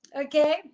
okay